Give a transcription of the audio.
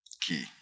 Key